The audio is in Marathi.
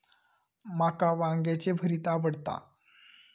माका वांग्याचे भरीत आवडता